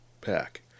pack